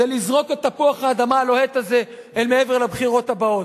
זה לזרוק את תפוח האדמה הלוהט הזה אל מעבר לבחירות הבאות.